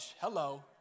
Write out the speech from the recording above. Hello